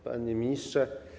Panie Ministrze!